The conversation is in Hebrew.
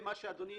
אדוני